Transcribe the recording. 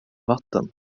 vatten